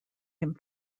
him